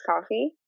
coffee